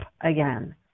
again